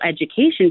education